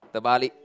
terbalik